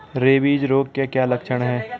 Rabies रोग के क्या लक्षण है?